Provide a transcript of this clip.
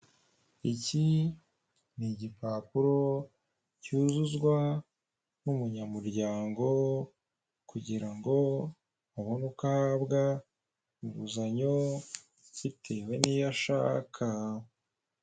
Iki ni igipapuro cyuzuzwa n'umunyamuryango kugira ngo abone uko ahabwa inguzanyo bitewe n'iyo ashaka.